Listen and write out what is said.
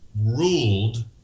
ruled